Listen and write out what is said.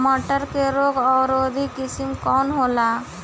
मटर के रोग अवरोधी किस्म कौन होला?